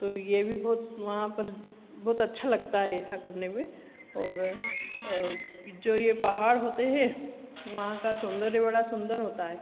तो ये भी बहुत वहाँ पर बहुत अच्छा लगता है ऐसा करने में ओर जो ये पहाड़ होते हैं वहाँ का सौन्दर्य बड़ा सुंदर होता है